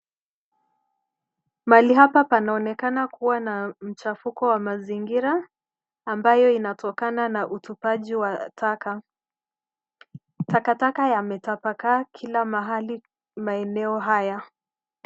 Mahali hapa panaonekana kuwa na uchafuko wa mazingira ambayo inatokana na utupaji wa taka. Takataka yametapakaa kila mahali maeneo haya.